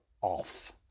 off